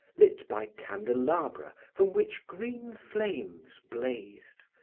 lit by candelabra from which green flames blazed,